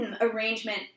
arrangement